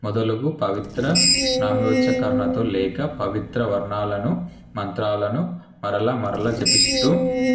మొదలగు పవిత్ర నగోచకరనతో లేక పవిత్ర వర్ణాలను మంత్రాలను మరల మరల జపిస్తూ